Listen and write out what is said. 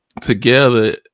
Together